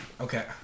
Okay